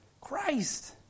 Christ